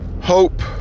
Hope